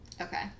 Okay